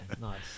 nice